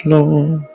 Lord